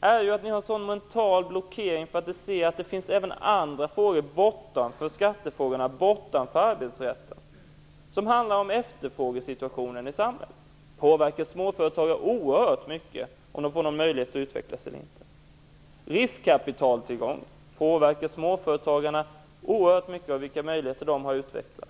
är ju att ni har en mental blockering mot att se att det även finns andra frågor, bortanför skattefrågorna, bortanför arbetsrätten, som handlar om efterfrågesituationen i samhället. Det påverkar småföretagarna oerhört mycket om de får någon möjlighet att utveckla sig eller inte. Riskkapitaltillgången påverkar företagarna och deras möjligheter att utvecklas oerhört mycket.